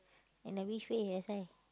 and a which way that's why